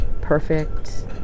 Perfect